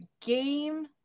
game